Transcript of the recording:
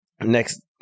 next